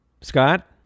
Scott